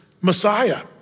Messiah